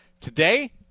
Today